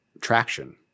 Traction